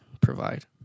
provide